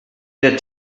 der